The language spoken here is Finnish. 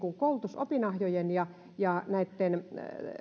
koulutus opinahjojen ja ja näitten